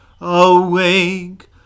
Awake